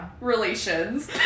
relations